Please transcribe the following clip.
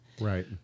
Right